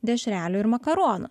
dešrelių ir makaronų